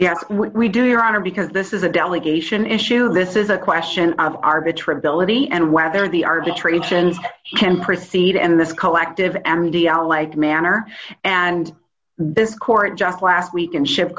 yes we do your honor because this is a delegation issue this is a question of arbitrary ability and whether the arbitration can proceed and this collective m e d o like manner and this court just last week and ship